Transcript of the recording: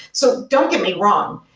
so don't get me wrong.